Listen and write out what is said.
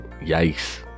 yikes